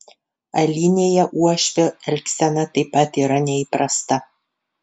alinėje uošvio elgsena taip pat yra neįprasta